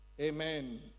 Amen